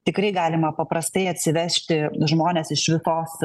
tikrai galima paprastai atsivežti žmones iš kitos